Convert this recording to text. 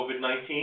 COVID-19